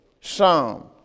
Psalm